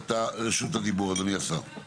את רשות הדיבור, אדוני השר.